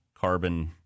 carbon